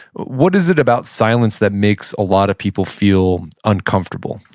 what is it about silence that makes a lot of people feel uncomfortable?